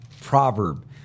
proverb